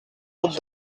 route